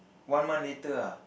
one month later ah